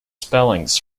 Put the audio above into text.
spellings